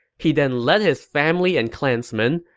he then led his family and clansmen,